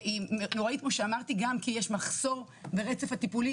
והיא נוראית כמו שאמרתי גם כי יש מחסור ברצף הטיפולי